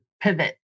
pivot